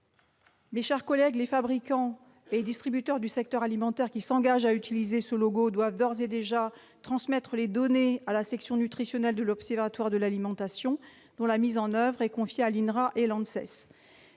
Mes chers collègues, les fabricants et distributeurs du secteur alimentaire qui s'engagent à utiliser ce logo doivent d'ores et déjà transmettre les données à la section nutritionnelle de l'Observatoire de l'alimentation dont la mise en oeuvre est confiée à l'Institut